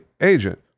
agent